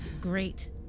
Great